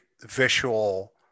visual